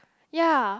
ya